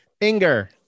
Inger